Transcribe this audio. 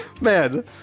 Man